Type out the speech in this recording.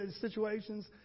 situations